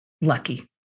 lucky